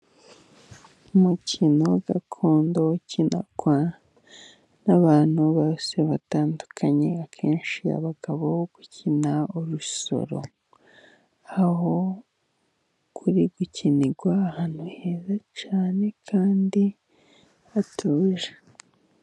Umukino gakondo ukinwa n'abantu bose batandukanye, akenshi abagabo gukina urusoro, aho ruri gukinirwa ahantu heza cyane kandi hatuje.